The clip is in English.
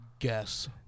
Guess